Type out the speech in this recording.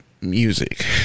music